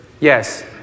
Yes